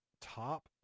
Top